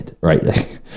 right